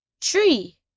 Tree